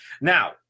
Now